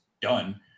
done